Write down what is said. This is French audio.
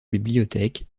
bibliothèque